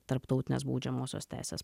tarptautinės baudžiamosios teisės